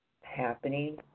happening